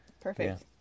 Perfect